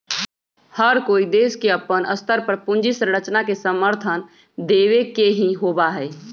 हर कोई देश के अपन स्तर पर पूंजी संरचना के समर्थन देवे के ही होबा हई